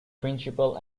principal